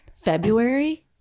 February